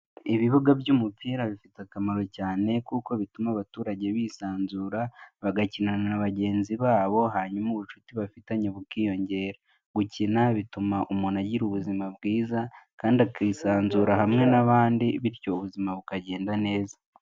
Ibibuga by'umupira bifite akamaro cyane, kuko bituma abaturage bisanzura bagakinana na bagenzi babo, hanyuma ubucuti bafitanye bukiyongera, gukina bituma umuntu agira ubuzima bwiza, kandi akisanzura hamwe n'abandi bityo ubuzima bukagenda neza.